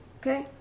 okay